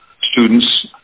students